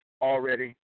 already